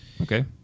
Okay